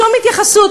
שום התייחסות.